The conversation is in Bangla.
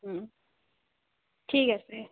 হুম ঠিক আছে